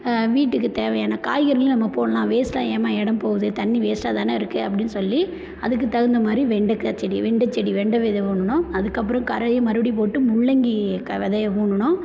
வீட்டுக்கு தேவையான காய்கறியும் நம்ம போடலாம் வேஸ்ட்டாக ஏம்மா இடம் போகுது தண்ணி வேஸ்ட்டாக தான் இருக்குது அப்படின்னு சொல்லி அதுக்கு தகுந்த மாதிரி வெண்டைக்கா செடி வெண்டை செடி வெண்டை விதை வேணும்னா அதுக்கப்புறம் கரையை மறுபடியும் போட்டு முள்ளங்கி விதைய முங்கினோம்